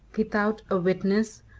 without a witness,